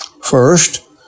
First